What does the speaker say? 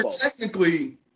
technically